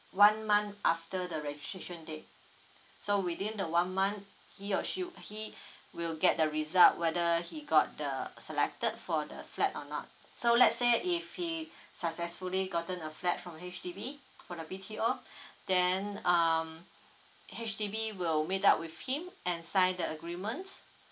one month after the registration date so within the one month he or she he will get the result whether he got the selected for the flat or not so let's say if he successfully gotten a flat from H_D_B for the B_T_O then um H_D_B will meet up with him and sign the agreements